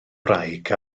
wraig